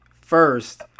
first